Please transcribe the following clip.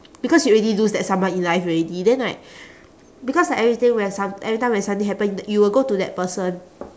because you already lose that someone in life already then like because like everything when some~ every time when something happen tha~ you will go to that person